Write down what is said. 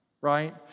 right